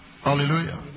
Hallelujah